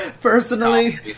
personally